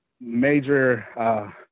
major